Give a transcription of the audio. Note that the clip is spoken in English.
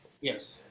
Yes